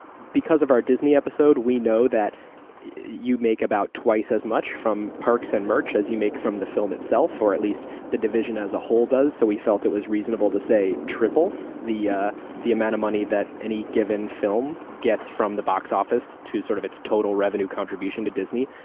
because of our disney episode, we know that you make about twice as much from perks and merch as you make from the film itself, or at least the division as a whole does, so we felt it was reasonable to say triple the ah the amount of money that any given film gets from the box office to sort of its total revenue contribution to disney,